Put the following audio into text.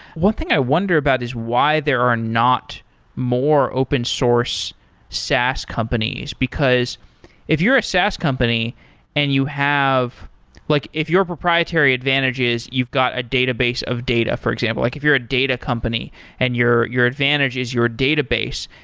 one thing i wonder about is why there are not more open source saas companies. because if your ah saas company and you have like if your proprietary advantages, you've got a database of data, for example, like if you're data company and your your advantage is your database.